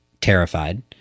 terrified